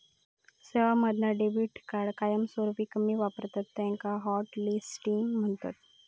सेवांमधना debit card कायमस्वरूपी कमी वापरतत त्याका हॉटलिस्टिंग म्हणतत